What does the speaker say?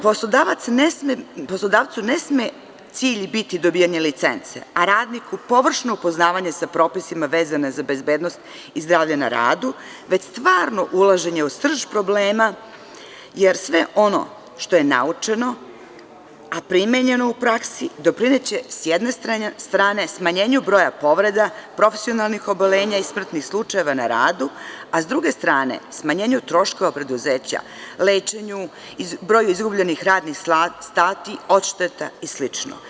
Poslodavcu ne sme cilj biti dobijanje licence, a radniku površno poznavanje sa propisima vezanim za bezbednost i zdravlje na radu, već stvarno ulaženje u srž problema, jer sve ono što je naučeno, a primenjeno u praksi doprineće, sa jedne strane, smanjenju broja povreda profesionalnih obolenja i smrtnih slučajeva na radu, a sa druge strane, smanjenju troškova preduzeća, lečenju, broju izgubljenih radnih sati, odšteta i slično.